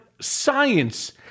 science